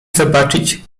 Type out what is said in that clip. zobaczyć